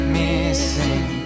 missing